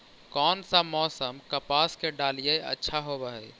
कोन सा मोसम कपास के डालीय अच्छा होबहय?